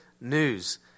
news